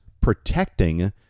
protecting